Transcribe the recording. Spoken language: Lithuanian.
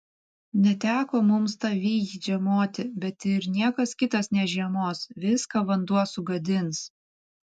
neteko mums tavyj žiemoti bet ir niekas kitas nežiemos viską vanduo sugadins